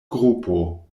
grupo